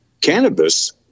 cannabis